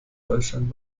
deutschland